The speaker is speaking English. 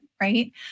right